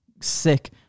Sick